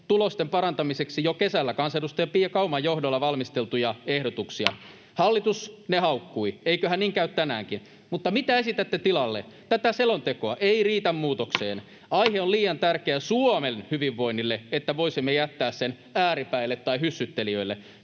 tulosten parantamiseksi jo kesällä kansanedustaja Pia Kauman johdolla valmisteltuja ehdotuksia. Hallitus ne haukkui — eiköhän niin käy tänäänkin. Mutta mitä esitätte tilalle? Tätä selontekoa? Ei riitä muutokseen. Aihe on liian tärkeä Suomen hyvinvoinnille, että voisimme jättää sen ääripäille tai hyssyttelijöille.